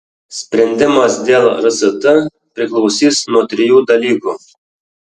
sprendimas dėl rst priklausys nuo trijų dalykų